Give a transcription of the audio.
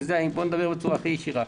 בוא נדבר בצורה הכי ישירה.